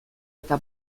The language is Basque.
eta